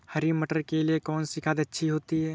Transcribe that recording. हरी मटर के लिए कौन सी खाद अच्छी होती है?